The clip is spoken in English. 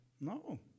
No